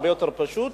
הרבה יותר פשוט,